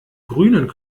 grünen